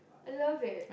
I love it